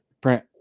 print